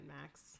Max